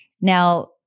Now